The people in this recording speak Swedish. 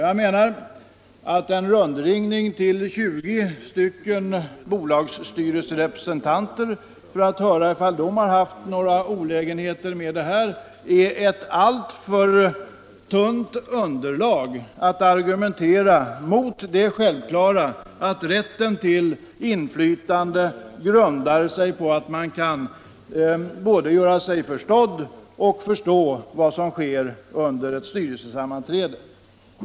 Jag menar att en rundringning till 20 bolagsstyrelserepresentanter för att höra om de har haft några olägenheter i detta sammanhang är ett alltför tunt underlag för att argumentera mot det självklara att rätten till inflytande grundar sig på att man kan både göra sig förstådd och förstå vad som sker under ett styrelsesammanträde.